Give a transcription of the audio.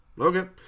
Okay